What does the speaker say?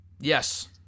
yes